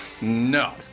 No